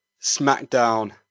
SmackDown